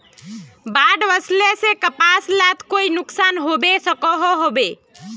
बाढ़ वस्ले से कपास लात कोई नुकसान होबे सकोहो होबे?